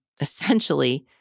essentially